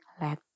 let